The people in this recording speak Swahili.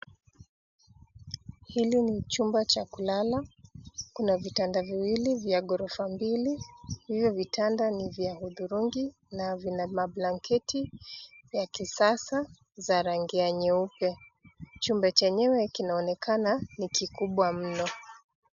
Hili ni chumba cha kulala kuna vitanda viwili vya ghorofa mbili , hivi vitanda ni vya hudhurungi na vina mablanketi ya kisasa za rangi ya nyeupe, chumba chenyewe kinaonekana ni kikubwa mno.